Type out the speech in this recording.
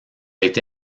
été